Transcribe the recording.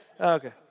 Okay